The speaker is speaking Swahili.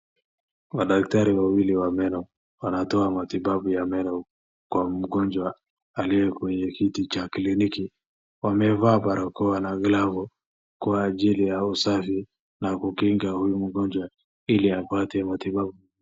Madaktari wawili wa meno, wanatoa matibabu ya meno kwa mgonjwa aliye kwenye kiti cha kliniki. Wamevaa barakoa na vilango kwa ajili ya usafi kukinga huyu mgonjwa iliapate matibabu.